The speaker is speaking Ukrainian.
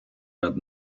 над